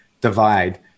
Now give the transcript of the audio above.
divide